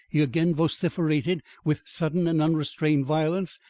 he again vociferated with sudden and unrestrained violence,